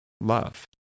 love